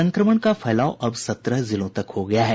संक्रमण का फैलाव अब सत्रह जिलों तक हो गया है